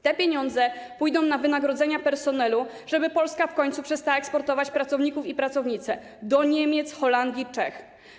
Te pieniądze pójdą na wynagrodzenia personelu, żeby Polska w końcu przestała eksportować pracowników i pracownice do Niemiec, Holandii czy Czech.